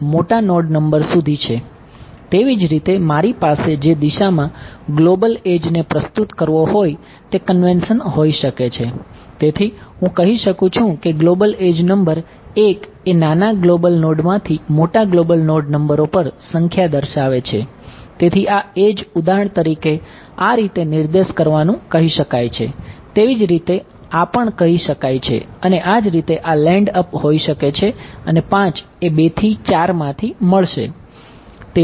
તેથી હવે જેમ મારી પાસે લોકલ એડ્જ ઉદાહરણ તરીકે આ રીતે નિર્દેશ કરવાનું કહી શકાય છે તેવી જ રીતે આ પણ કરી શકાય છે અને આ જ રીતે આ લેન્ડ અપ હોઈ શકે છે અને 5 એ 2 થી 4 માથી મળશે